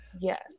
Yes